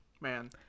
man